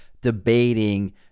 debating